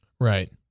Right